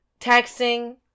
texting